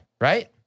right